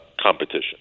competition